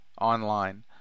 online